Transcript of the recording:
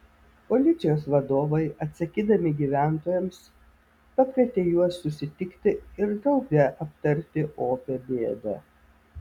policijos vadovai atsakydami gyventojams pakvietė juos susitikti ir drauge aptarti opią bėdą